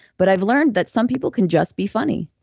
but i've learned that some people can just be funny.